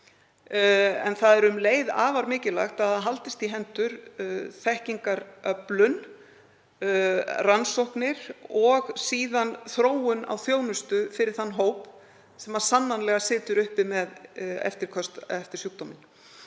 Það er um leið afar mikilvægt að haldist í hendur þekkingaröflun, rannsóknir og síðan þróun á þjónustu fyrir þann hóp sem sannarlega situr uppi með eftirköst eftir sjúkdóminn.